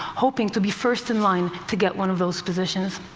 hoping to be first in line to get one of those positions.